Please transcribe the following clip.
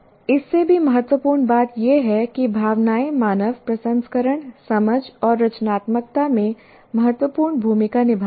इससे भी महत्वपूर्ण बात यह है कि भावनाएं मानव प्रसंस्करण समझ और रचनात्मकता में महत्वपूर्ण भूमिका निभाती हैं